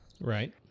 Right